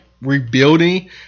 rebuilding